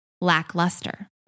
lackluster